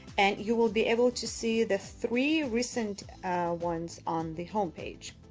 and you will be able to see the three recent ones on the homepage.